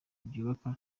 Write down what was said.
byubaka